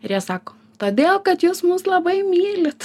ir jie sako todėl kad jus mus labai mylit